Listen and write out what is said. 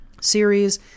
series